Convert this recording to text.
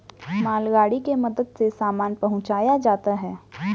मालगाड़ी के मदद से सामान पहुंचाया जाता है